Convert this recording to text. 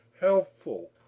helpful